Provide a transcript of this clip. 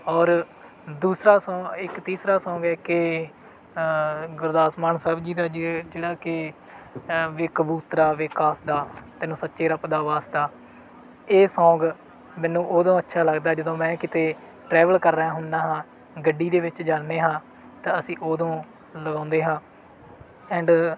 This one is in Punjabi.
ਔਰ ਦੂਸਰਾ ਸੌਂ ਇਕ ਤੀਸਰਾ ਸੌਂਗ ਇੱਕ ਇਹ ਗੁਰਦਾਸ ਮਾਨ ਸਾਹਿਬ ਜੀ ਦਾ ਜੇ ਜਿਹੜਾ ਕਿ ਅ ਵੇ ਕਬੂਤਰਾਂ ਵੇ ਕਾਸਦਾ ਤੈਨੂੰ ਸੱਚੇ ਰੱਬ ਦਾ ਵਾਸਤਾ ਇਹ ਸੌਂਗ ਮੈਨੂੰ ਉਦੋਂ ਅੱਛਾ ਲੱਗਦਾ ਜਦੋਂ ਮੈਂ ਕਿਤੇ ਟਰੈਵਲ ਕਰ ਰਿਹਾ ਹੁੰਦਾ ਹਾਂ ਗੱਡੀ ਦੇ ਵਿੱਚ ਜਾਂਦੇ ਹਾਂ ਤਾਂ ਅਸੀਂ ਉਦੋਂ ਲਗਾਉਂਦੇ ਹਾਂ ਐਂਡ